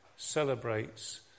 celebrates